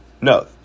No